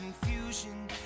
confusion